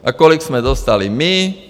A kolik jsme dostali my?